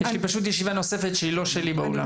יש ישיבה נוספת שהיא לא שלי באולם.